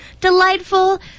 delightful